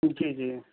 جی جی